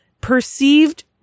perceived